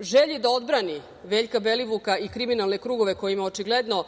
želji da odbrani Veljka Belivuka i kriminalne krugove kojima očigledno,